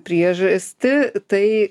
priežastį tai